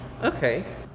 okay